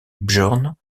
björn